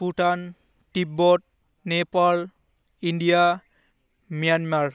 Bhutan tibet Nepal India Myanmar